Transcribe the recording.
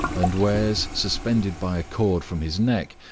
and wears, suspended by a cord from his neck,